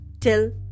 till